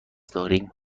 داریم